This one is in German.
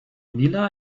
vila